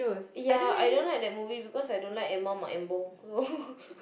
ya I don't like that movie because I don't like Emma-Maembong so